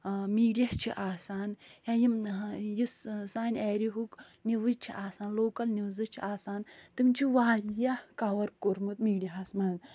media چھِ آسان یا یِم نہٕ یُس سانہِ ایریِہُک نِوٕز چھِ آسان لوکَل نِوٕزٕ چھِ آسان تِم چھِ واریاہ کَوَر کوٚرمُت میٖڈِیاہَس منٛز